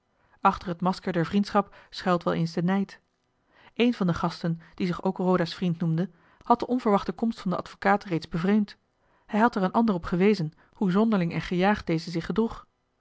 achter het masker der vriendschap schuilt wel eens de nijd een van de gasten die zich ook roda's vriend noemde had de onverwachte komst van den advocaat reeds bevreemd hij had er een ander op gewezen hoe zonderling en gejaagd deze zich gedroeg